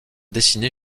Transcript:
dessiner